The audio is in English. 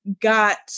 got